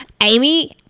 Amy